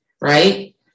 right